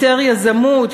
יותר יזמות,